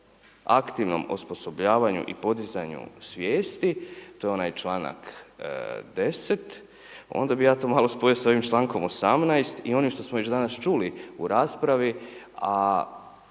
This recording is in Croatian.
aktivnost osposobljavanju i podizanju svijesti, to je onaj članak 10., onda bi ja to malo spojio sa ovim člankom 18. i onim što smo već danas čuli u raspravi,